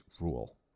rule